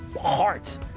heart